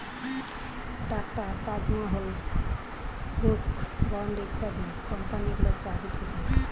tata, Taj Mahal, Brooke Bond ইত্যাদি কোম্পানিগুলো চা বিক্রি করে